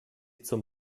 zum